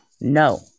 No